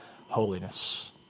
holiness